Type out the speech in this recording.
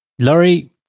Laurie